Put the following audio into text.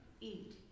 eat